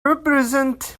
represent